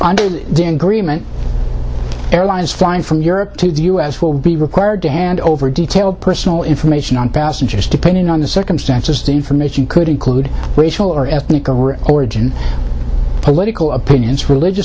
agreement airlines flying from europe to the u s will be required to hand over detailed personal information on passengers depending on the circumstances the information could include racial or ethnic origin political opinions religious